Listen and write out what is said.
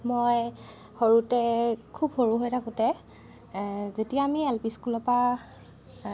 মই সৰুতে খুব সৰু হৈ থাকোঁতে যেতিয়া আমি এল পি স্কুলৰ পৰা